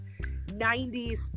90s